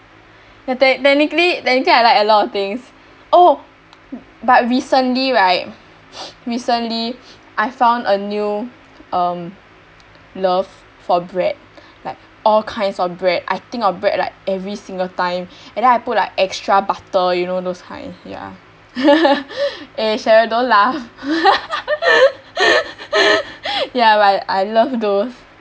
tech~ technically technically I like a lot of things oh but recently right recently I found a new um love for bread like all kinds of bread I think of bread like every single time and then I put like extra butter you know those kind ya eh cheryl don't laugh ya but I love those